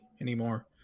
anymore